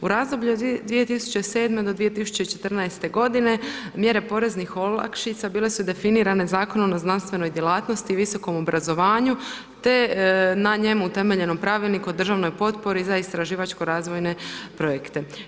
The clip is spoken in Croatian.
U razdoblju 2007.-2014. godine mjere poreznih olakšica bile su definirane Zakonom o znanstvenoj djelatnosti i visokom obrazovanju te na njemu utemeljenom pravilniku o državnoj potpori za istraživačko-razvojne projekte.